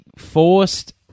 forced